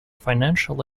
financial